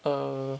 err